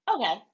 Okay